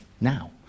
now